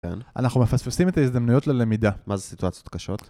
אנחנו מפספסים את ההזדמנויות ללמידה, מה זה סיטואציות קשות.